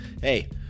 hey